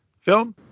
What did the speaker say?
film